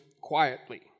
quietly